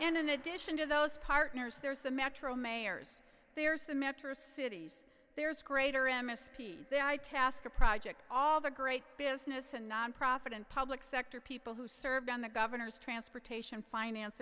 and in addition to those partners there's the metro mayors there's the metro cities there's greater a misspeak they itasca project all the great business and nonprofit and public sector people who served on the governor's transportation finance